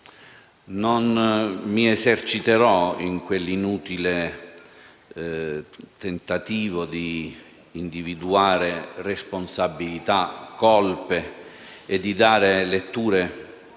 non mi eserciterò nell'inutile tentativo di individuare responsabilità e colpe e di dare letture